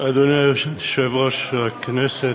אדוני היושב-ראש, הכנסת,